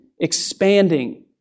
expanding